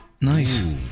Nice